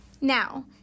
Now